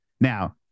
Now